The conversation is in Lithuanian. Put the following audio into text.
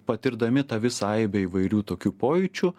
patirdami tą visą aibę įvairių tokių pojūčių